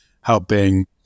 helping